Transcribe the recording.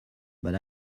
but